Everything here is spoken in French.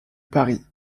paris